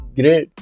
great